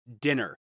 dinner